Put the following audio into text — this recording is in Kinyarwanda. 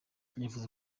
nifuza